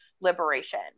liberation